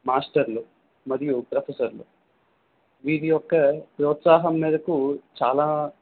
మాస్టర్లు మరియు ప్రొఫెసర్లు వీరి యొక్క ప్రోత్సాహం మేరకు చాలా